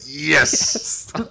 Yes